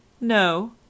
NO